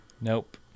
Nope